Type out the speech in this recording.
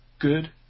good